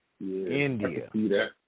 India